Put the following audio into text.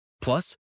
Plus